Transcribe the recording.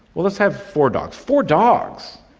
let's have four dogs. four dogs!